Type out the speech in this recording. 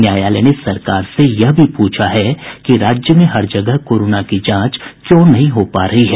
न्यायालय ने सरकार से यह भी पूछा है कि राज्य में हर जगह कोरोना की जांच क्यों नहीं हो पा रही है